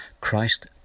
Christ